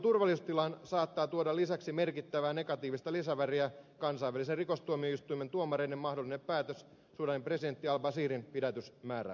alueen turvallisuustilaan saattaa tuoda lisäksi merkittävää negatiivista lisäväriä kansainvälisen rikostuomioistuimen tuomareiden mahdollinen päätös sudanin presidentti al bashirin pidätysmääräyksestä